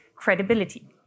Credibility